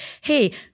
hey